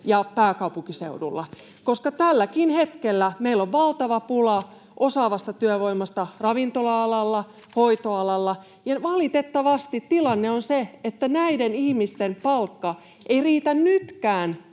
ja pääkaupunkiseudulla, koska tälläkin hetkellä meillä on valtava pula osaavasta työvoimasta ravintola-alalla, hoitoalalla. Ja valitettavasti tilanne on se, että näiden ihmisten palkka ei riitä nytkään